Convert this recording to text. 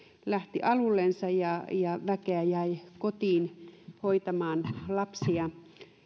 lähti alullensa ja ja väkeä jäi kotiin hoitamaan lapsia